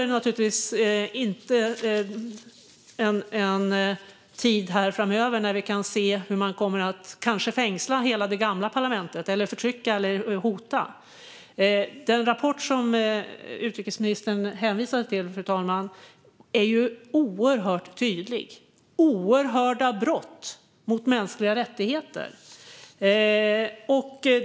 Det är en tid framöver när vi kan se att man kanske kommer att fängsla hela det gamla parlamentet eller förtrycka och hota. Fru talman! Den rapport som utrikesministern hänvisade till är oerhört tydlig. Oerhörda brott har begåtts mot mänskliga rättigheter.